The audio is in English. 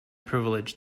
privilege